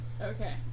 Okay